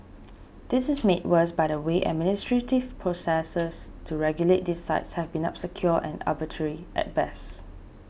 this is made worse by the way administrative processes to regulate these sites have been obscure and arbitrary at best